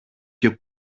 και